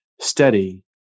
steady